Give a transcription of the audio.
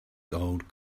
gold